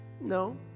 no